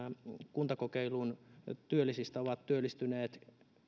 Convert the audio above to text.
kuntakokeilun työllisistä on työllistynyt